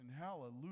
hallelujah